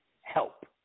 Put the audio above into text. help